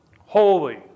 Holy